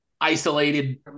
isolated